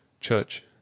CHURCH